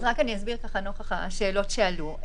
אז רק אני אסביר, נוכח השאלות שעלו.